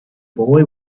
boy